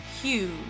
huge